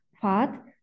fat